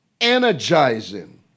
Energizing